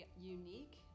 unique